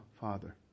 Father